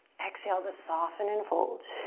exhale to soften and fold.